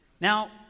Now